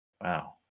Wow